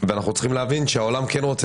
ואנחנו צריכים להבין שהעולם כן רוצה